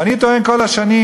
ואני טוען כל השנים,